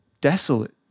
desolate